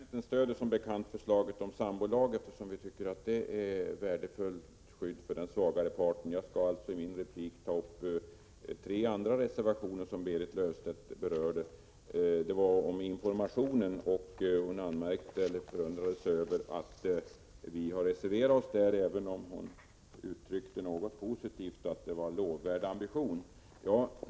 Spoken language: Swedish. Fru talman! Centern stöder som bekant förslaget till sambolag, eftersom vi tycker att den utgör ett värdefullt skydd för den svagare parten. Jag skall alltså i min replik ta upp tre andra reservationer som Berit Löfstedt berörde. Det gäller bl.a. informationen. Berit Löfstedt förundrade sig över att vi hade reserverat oss här, även om hon uttryckte något positivt att det var en lovvärd ambition.